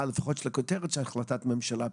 לפחות את הכותרת של החלטת הממשלה.